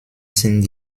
sind